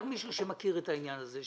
מישהו שמכיר את העניין הזה,